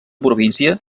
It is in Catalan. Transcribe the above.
província